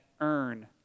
earn